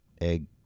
egg